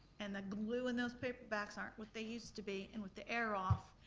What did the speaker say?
and the glue in those paperbacks aren't what they use to be. and with the air off,